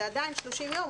זה עדיין 30 יום,